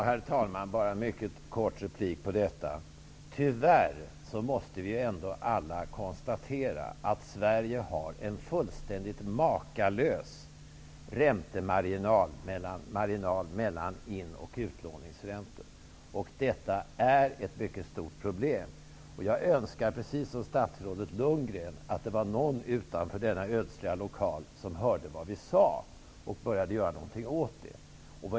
Herr talman! Tyvärr måste vi alla konstatera att Sverige har en helt makalös räntemarginal mellan in och utlåningsräntor. Detta är ett mycket stort problem. Jag önskar precis som statsrådet Lundgren att det skulle vara någon utanför denna ödsliga lokal som hörde vad vi sade och började göra någonting åt det.